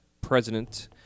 president